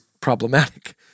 problematic